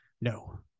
No